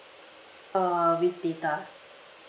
uh with data